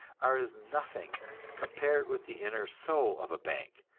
are as nothing compared with the inner soul of a bank,